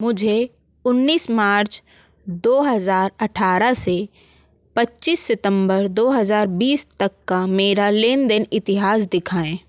मुझे उन्नीस मार्च दो हज़ार अठारह से पच्चीस सितम्बर दो हज़ार बीस तक का मेरा लेनदेन इतिहास दिखाएँ